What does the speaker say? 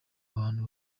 abantu